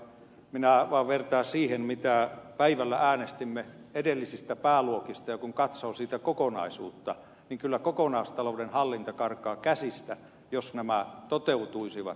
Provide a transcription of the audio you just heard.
minä vaan vertaan siihen miten päivällä äänestimme edellisistä pääluokista ja kun katsoo sitä kokonaisuutta niin kyllä kokonaistalouden hallinta karkaa käsistä jos nämä talousarvioaloitteet toteutuisivat